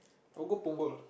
I'll go Punggol